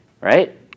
right